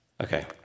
Okay